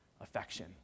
affection